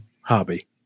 hobby